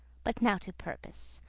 but now to purpose,